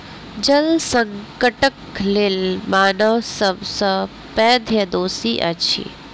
जल संकटक लेल मानव सब सॅ पैघ दोषी अछि